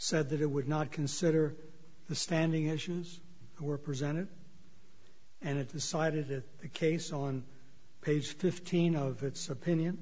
said that it would not consider the standing issues were presented and it decided that the case on page fifteen of its opinion